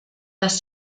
dass